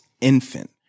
infant